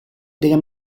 della